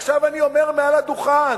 עכשיו אני אומר מעל הדוכן: